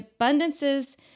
abundances